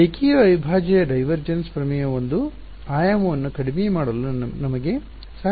ರೇಖೆಯ ಅವಿಭಾಜ್ಯ ಡೈವರ್ಜೆನ್ಸ್ ಪ್ರಮೇಯವು ಒಂದು ಆಯಾಮವನ್ನು ಕಡಿಮೆ ಮಾಡಲು ನಮಗೆ ಸಹಾಯ ಮಾಡುತ್ತದೆ